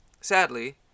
Sadly